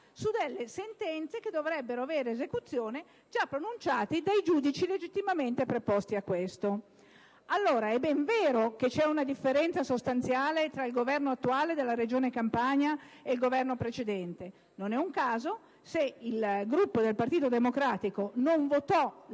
su delle sentenze che dovrebbero avere esecuzione, già pronunciate dai giudici legittimamente preposti a questo. È ben vero che esiste una differenza sostanziale tra il Governo attuale della Regione Campania e il Governo precedente. Non è un caso se il Gruppo del Partito Democratico non votò la